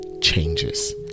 changes